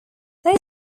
they